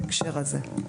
בהקשר הזה.